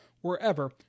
wherever